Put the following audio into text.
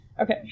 Okay